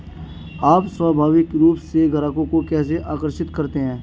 आप स्वाभाविक रूप से ग्राहकों को कैसे आकर्षित करते हैं?